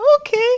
Okay